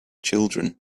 children